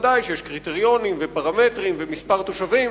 וודאי שיש קריטריונים ופרמטרים ומספר תושבים,